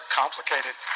complicated